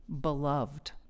beloved